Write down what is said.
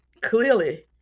clearly